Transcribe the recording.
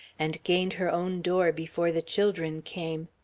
and gained her own door before the children came.